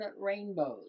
rainbows